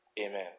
Amen